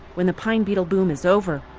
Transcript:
when the pine beetle boom is over,